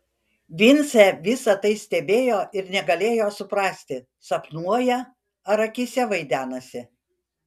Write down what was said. vincė visa tai stebėjo ir negalėjo suprasti sapnuoja ar akyse vaidenasi